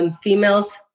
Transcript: Females